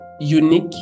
unique